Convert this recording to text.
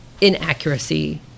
inaccuracy